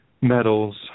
metals